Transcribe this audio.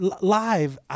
Live